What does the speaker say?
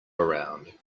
around